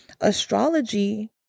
Astrology